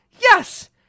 yes